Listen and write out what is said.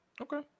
Okay